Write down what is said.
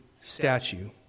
statue